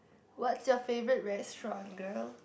what's your favorite restaurant girl